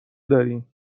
داریم